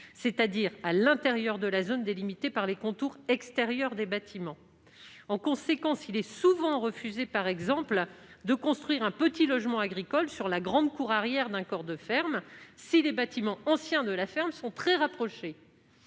comme désignant l'intérieur de la zone délimitée par les contours extérieurs des bâtiments. En conséquence, il est souvent refusé, par exemple, de construire un petit logement agricole sur la grande cour arrière d'un ancien corps de ferme, si les bâtiments anciens de la ferme sont très rapprochés.